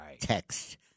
text